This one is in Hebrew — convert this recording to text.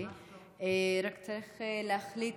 צריך להחליט